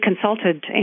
consulted